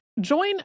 Join